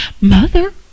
Mother